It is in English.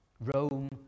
Rome